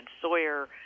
Sawyer